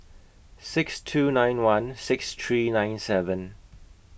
six two nine one six three nine seven